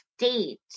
state